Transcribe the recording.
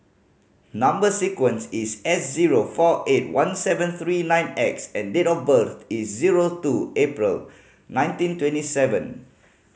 number sequence is S zero four eight one seven three nine X and date of birth is zero two April nineteen twenty seven